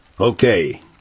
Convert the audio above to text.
Okay